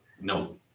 no